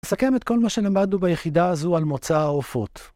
‫לסכם את כל מה שלמדנו ביחידה הזו ‫על מוצא העופות.